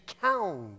count